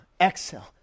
exhale